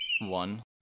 One